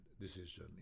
decision